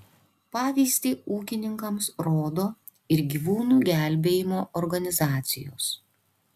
pavyzdį ūkininkams rodo ir gyvūnų gelbėjimo organizacijos